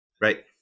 Right